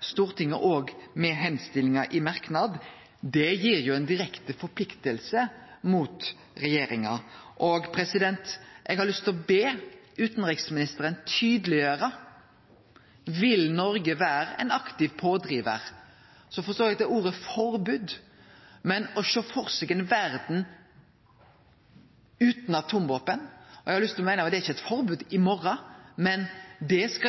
Stortinget òg gjennom oppmodinga i merknad gir ei direkte forplikting overfor regjeringa, og eg har lyst til å be utanriksministeren tydeleggjere: Vil Noreg vere ein aktiv pådrivar? Når det gjeld ordet «forbod»: Det er ikkje eit forbod i morgon, eit forbod skal jo vere det siste steget i dette arbeidet, men eg kan ikkje sjå for meg ei verd utan atomvåpen – heller ikkje ein gong langt inn i framtida –